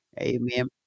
Amen